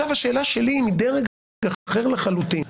השאלה שלי היא מדרג אחר לחלוטין.